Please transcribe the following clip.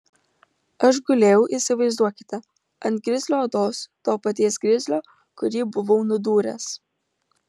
aš gulėjau įsivaizduokite ant grizlio odos to paties grizlio kurį buvau nudūręs